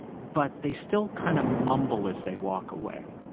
but they still kind of mumble as they walk away.